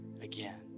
again